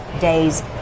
days